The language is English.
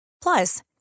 Plus